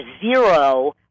zero